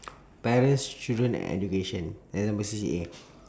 parents children and education then apa C_C_A